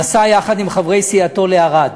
נסע יחד עם חברי סיעתו לערד.